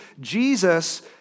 Jesus